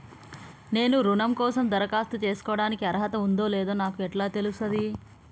నేను రుణం కోసం దరఖాస్తు చేసుకోవడానికి అర్హత ఉందో లేదో నాకు ఎట్లా తెలుస్తది?